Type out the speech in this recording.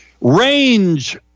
range